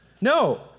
No